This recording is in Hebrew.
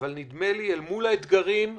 אבל נדמה לי שאל מול האתגרים שמסביבנו,